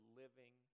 living